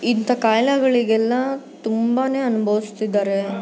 ಇಂಥ ಖಾಯಿಲೆಗಳಿಗೆಲ್ಲ ತುಂಬಾ ಅನ್ಭೌಸ್ತಿದ್ದಾರೆ